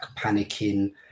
panicking